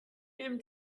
him